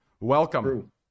Welcome